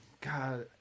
God